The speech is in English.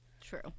True